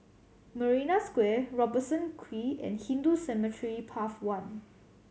Marina Square Robertson Quay and Hindu Cemetery Path One